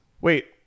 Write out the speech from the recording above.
Wait